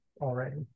already